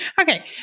Okay